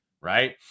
right